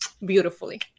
beautifully